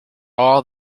all